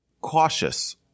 cautious